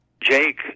Jake